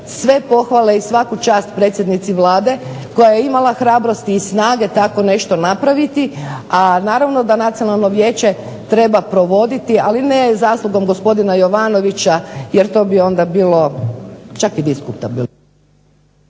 sve pohvale i svaku čast predsjednici Vlade koja je imala hrabrosti i snage tako nešto napraviti, a naravno da Nacionalno vijeće treba provoditi, ali ne zaslugom gospodina Jovanovića jer to bi onda bilo čak i diskutabilno.